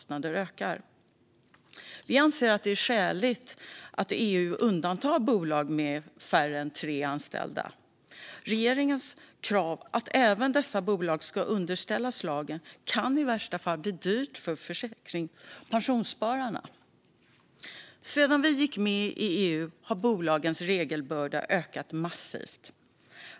Nya bestämmelser om hållbarhetsrelaterade upplysningar för vissa aktörer på finans-marknadsområdet Vi anser att det är skäligt att EU undantar bolag med färre än tre anställda. Regeringens krav att även dessa bolag ska underställas lagen kan i värsta fall bli dyrt för pensionsspararna. Sedan vi gick med i EU har bolagens regelbörda ökat massivt.